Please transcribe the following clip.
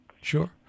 Sure